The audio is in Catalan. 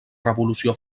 revolució